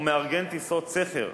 או מארגן טיסות שכר,